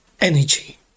energy